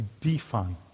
define